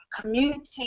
communicate